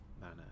manner